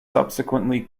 subsequently